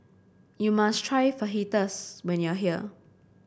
you must try Fajitas when you are here